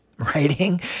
writing